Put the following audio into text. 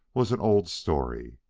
was an old story.